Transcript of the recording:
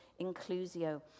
inclusio